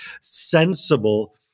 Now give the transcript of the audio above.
sensible